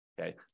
okay